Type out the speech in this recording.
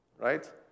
right